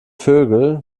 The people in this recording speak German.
vögel